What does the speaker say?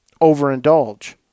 overindulge